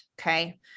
Okay